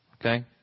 Okay